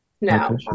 No